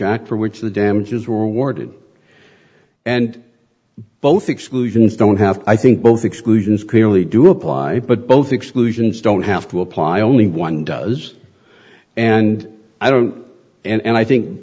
act for which the damages were awarded and both exclusions don't have i think both exclusions clearly do apply but both exclusions don't have to apply only one does and i don't and i think